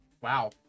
wow